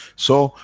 so,